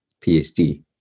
PhD